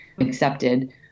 accepted